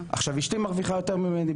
עכשיו אשתי מרוויחה יותר ממני,